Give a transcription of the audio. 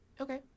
Okay